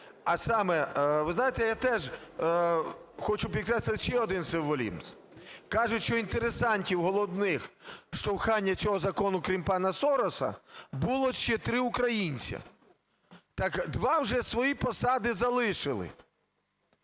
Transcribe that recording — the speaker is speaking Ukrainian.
а саме: ви знаєте, я теж хочу підкреслити ще один символізм. Кажуть, що інтересантів головних штовхання цього закону, крім пана Сороса, було ще три українці. Так два вже свої посади лишили.